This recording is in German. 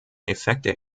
effekte